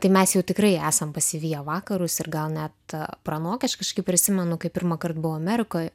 tai mes jau tikrai esam pasiviję vakarus ir gal net pranokę aš kažkaip prisimenu kai pirmąkart buvau amerikoj